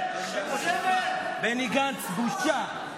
בני גנץ, בושה.